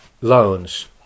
loans